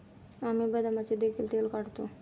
आम्ही बदामाचे देखील तेल काढतो